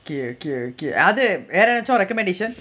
okay okay good other வேற என்னாச்சு:vera ennaachu recommendation